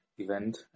event